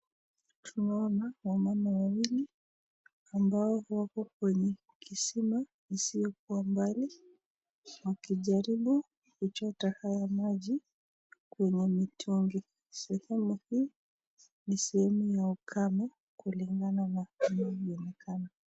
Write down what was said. Tunaona wamama wawili ambao wako kwenye kisima isiyo kuwa mbali wakijaribu kuchota haya maji kwenye mitungi, sehemu hii ni sehemu ya ukame kulingana na inavyoonekana.